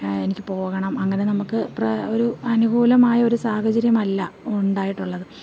എനിക്ക് പോകണം അങ്ങനെ നമ്മള്ക്ക് പ്രെ ഒരു അനുകൂലമായ ഒരു സാഹചര്യമല്ല ഉണ്ടായിട്ടുള്ളത്